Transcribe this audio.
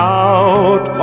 out